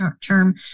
term